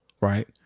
right